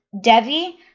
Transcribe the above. Devi